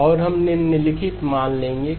और हम निम्नलिखित मान लेंगे